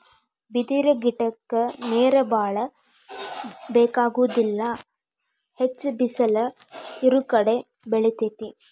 ಬಿದಿರ ಗಿಡಕ್ಕ ನೇರ ಬಾಳ ಬೆಕಾಗುದಿಲ್ಲಾ ಹೆಚ್ಚ ಬಿಸಲ ಇರುಕಡೆ ಬೆಳಿತೆತಿ